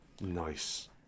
Nice